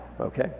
okay